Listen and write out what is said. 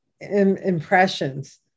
impressions